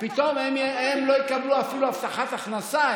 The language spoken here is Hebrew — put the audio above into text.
ופתאום הם לא יקבלו אפילו הבטחת הכנסה.